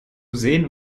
sehen